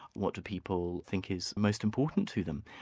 what do people think is most important to them?